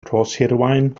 rhoshirwaun